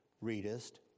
readest